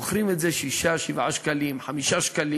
מוכרים את זה ב-7-6 שקלים, 5 שקלים.